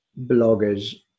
bloggers